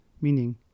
meaning